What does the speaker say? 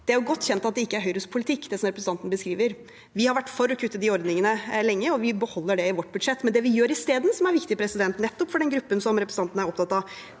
Det er godt kjent at det ikke er Høyres politikk, det som representanten beskriver. Vi har vært for å kutte de ordningene lenge, og vi beholder det i vårt budsjett. Det vi gjør isteden, som er viktig for nettopp den gruppen som representanten er opptatt av,